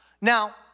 Now